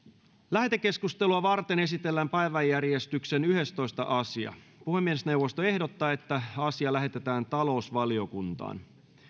lähetekeskustelua varten esitellään päiväjärjestyksen yhdestoista asia puhemiesneuvosto ehdottaa että asia lähetetään talousvaliokuntaan